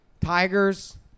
tigers